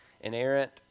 inerrant